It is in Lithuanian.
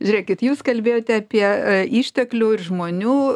žiūrėkit jūs kalbėjote apie išteklių ir žmonių